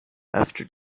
after